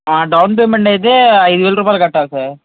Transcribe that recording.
down payment అయితే ఐదు వేల రూపాయలు కట్టాలి సార్